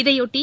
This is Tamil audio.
இதையொட்டி